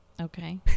Okay